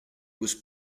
was